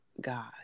God